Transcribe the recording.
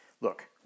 Look